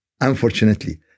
Unfortunately